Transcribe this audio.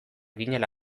ginela